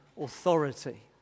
authority